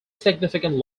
significant